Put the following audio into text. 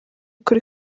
kuri